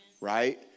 right